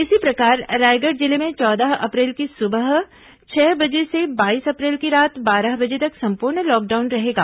इसी प्रकार रायगढ़ जिले में चौदह अप्रैल की सुबह छह बजे से बाईस अप्रैल की रात बारह बजे तक संपूर्ण लॉकडाउन रहेगा